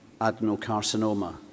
adenocarcinoma